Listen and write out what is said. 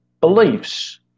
beliefs